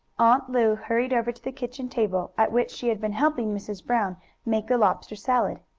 aunt lu hurried over to the kitchen table, at which she had been helping mrs. brown make the lobster salad.